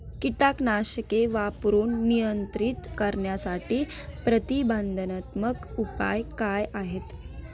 कीटकनाशके वापरून नियंत्रित करण्यासाठी प्रतिबंधात्मक उपाय काय आहेत?